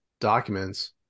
documents